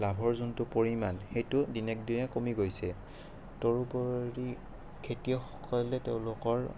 লাভৰ যোনটো পৰিমাণ সেইটো দিনক দিনে কমি গৈছে তদুপৰি খেতিয়কসকলে তেওঁলোকৰ